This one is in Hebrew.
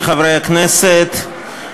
חברי הכנסת,